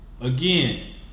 Again